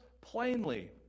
plainly